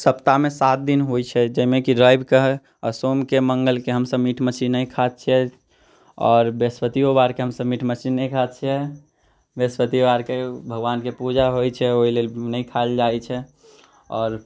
सप्ताहमे सात दिन होइत छै जाहिमेकि रविकेँ आ सोमकेँ मङ्गलकेँ हमसभ मीट मछली नहि खाइत छियै आओर बृहस्पतियो वारकेँ हमसभ मीट मछली नहि खाइत छियै बृहस्पतियो वारकेँ भगवानके पूजा होइत छै ओहि लेल नहि खायल जाइत छै आओर